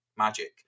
magic